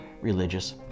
religious